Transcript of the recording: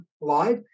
live